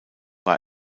war